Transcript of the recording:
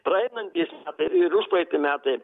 praeinantys metai ir užpraeiti metai